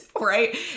right